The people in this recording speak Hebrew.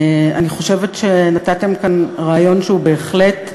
אני חושבת שנתתם כאן רעיון שהוא בהחלט,